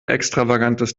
extravagantes